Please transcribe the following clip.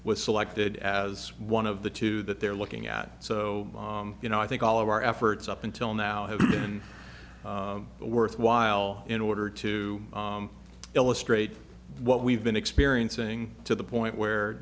was selected as one of the two that they're looking at so you know i think all of our efforts up until now have been worthwhile in order to illustrate what we've been experiencing to the point where